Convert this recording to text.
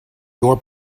your